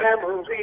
memories